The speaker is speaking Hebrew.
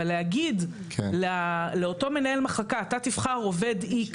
אבל להגיד לאותו מנהל מחלקה אתה תבחר עובד X